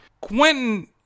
quentin